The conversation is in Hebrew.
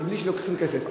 בלי שלוקחים כסף.